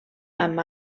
amb